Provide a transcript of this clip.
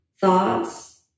thoughts